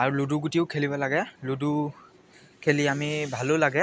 আৰু লুডু গুটিও খেলিব লাগে লুডু খেলি আমি ভালো লাগে